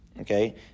okay